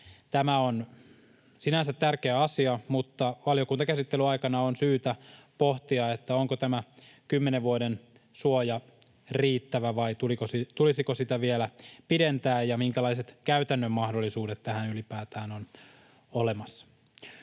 Tämä on sinänsä tärkeä asia, mutta valiokuntakäsittelyn aikana on syytä pohtia, onko tämä 10 vuoden suoja riittävä vai tulisiko sitä vielä pidentää ja minkälaiset käytännön mahdollisuudet tähän ylipäätään on olemassa.